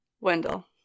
Wendell